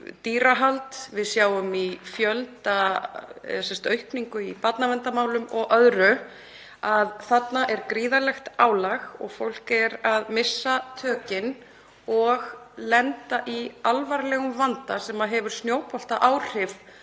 dýrahald, aukningu í barnaverndarmálum og öðru að þarna er gríðarlegt álag og fólk er að missa tökin og lenda í alvarlegum vanda sem hefur snjóboltaáhrif